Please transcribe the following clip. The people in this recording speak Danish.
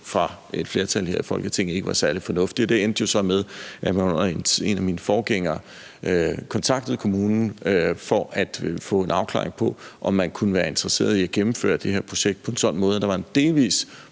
fra et flertal i Folketingets side se ikke var særlig fornuftigt. Det endte jo så med, at en af mine forgængere kontaktede kommunen for at få en afklaring af, om man kunne være interesseret i at gennemføre det her projekt på en sådan måde, at der var en delvis